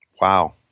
Wow